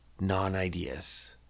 non-ideas